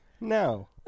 no